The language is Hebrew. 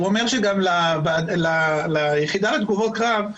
הוא אומר שגם ליחידה לתגובות קרב,